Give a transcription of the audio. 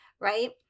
right